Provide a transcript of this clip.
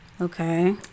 Okay